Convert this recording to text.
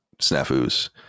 snafus